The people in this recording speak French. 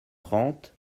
trente